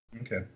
Okay